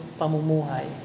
pamumuhay